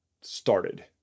started